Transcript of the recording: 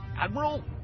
Admiral